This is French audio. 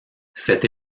cette